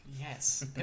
Yes